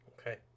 Okay